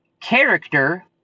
character